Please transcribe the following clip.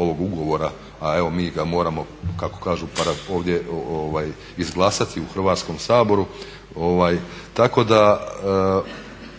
ovog ugovora, a evo mi ga moramo kako kažu ovdje izglasati u Hrvatskom saboru. Tako da